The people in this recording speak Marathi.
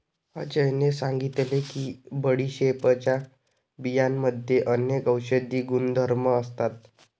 अजयने सांगितले की बडीशेपच्या बियांमध्ये अनेक औषधी गुणधर्म असतात